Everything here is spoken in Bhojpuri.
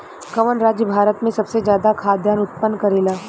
कवन राज्य भारत में सबसे ज्यादा खाद्यान उत्पन्न करेला?